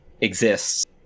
exists